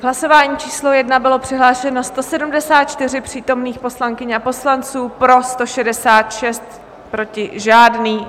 Hlasování číslo 1, bylo přihlášeno 174 přítomných poslankyň a poslanců, pro 166, proti žádný.